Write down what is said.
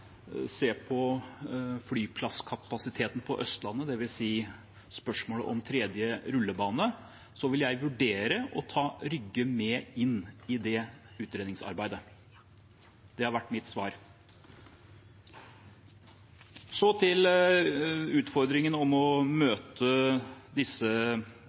flyplasskapasiteten på Østlandet, det vil si spørsmålet om en tredje rullebane. Det har vært mitt svar. Så til utfordringen om å